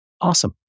Awesome